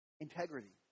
Integrity